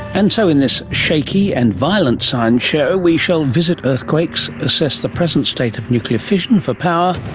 and so in this shaky and violent science show we shall visit earthquakes, assess the present state of nuclear fission for power,